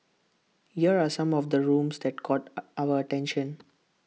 here are some of the rooms that caught our attention